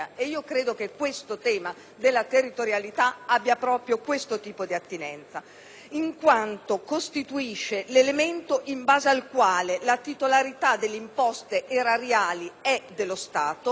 infatti costituisce l'elemento in base al quale la titolarità delle imposte erariali è dello Stato e, conseguentemente, quelle imposte costituiscono un elemento essenziale